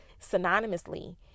synonymously